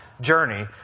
journey